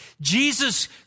Jesus